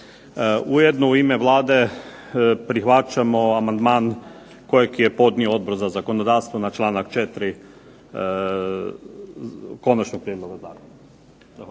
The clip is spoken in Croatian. Ujedno u ime Vlade prihvaćamo amandman kojeg je podnio Odbor za zakonodavstvo na članak 4. konačnog prijedloga